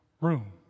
room